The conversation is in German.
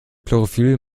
chlorophyll